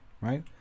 right